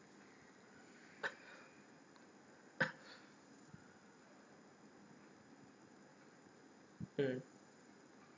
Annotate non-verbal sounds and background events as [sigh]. [coughs] mm